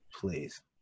please